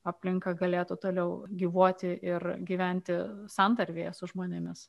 aplinka galėtų toliau gyvuoti ir gyventi santarvėje su žmonėmis